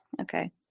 okay